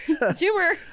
Zoomer